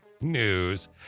news